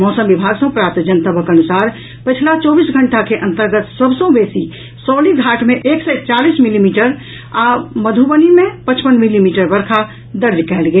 मौसम विभाग सँ प्राप्त जनतबक अनुसार पछिला चौबीस घंटा के अन्तर्गत सभ सँ बेसी सौलीघाट मे एक सय चालीस मिलीमीटर आ मधुबनी मे पचपन मिलीमीटर वर्षा दर्ज कयल गेल